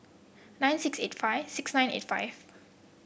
nine six eight five six nine eight five